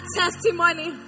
testimony